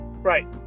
Right